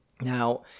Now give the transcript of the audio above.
Now